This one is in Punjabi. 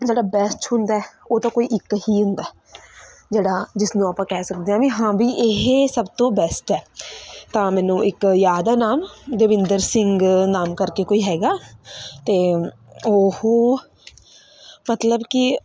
ਜਿਹੜਾ ਬੈਸਟ ਹੁੰਦਾ ਉਹ ਤਾਂ ਕੋਈ ਇੱਕ ਹੀ ਹੁੰਦਾ ਜਿਹੜਾ ਜਿਸਨੂੰ ਆਪਾਂ ਕਹਿ ਸਕਦੇ ਹਾਂ ਵੀ ਹਾਂ ਵੀ ਇਹ ਸਭ ਤੋਂ ਬੈਸਟ ਹੈ ਤਾਂ ਮੈਨੂੰ ਇੱਕ ਯਾਦ ਹੈ ਨਾਮ ਦਵਿੰਦਰ ਸਿੰਘ ਨਾਮ ਕਰਕੇ ਕੋਈ ਹੈਗਾ ਅਤੇ ਉਹ ਮਤਲਬ ਕਿ